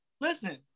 listen